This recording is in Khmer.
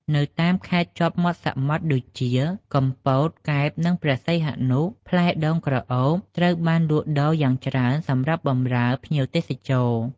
នៅតាមខេត្តជាប់មាត់សមុទ្រដូចជា កំពត កែប និងព្រះសីហនុ ផ្លែដូងក្រអូបត្រូវបានលក់ដូរយ៉ាងច្រើនសម្រាប់បម្រើភ្ញៀវទេសចរ។